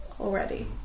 already